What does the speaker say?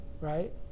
right